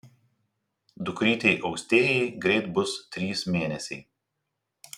dukrytei austėjai greit bus trys mėnesiai